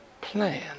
plan